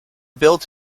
built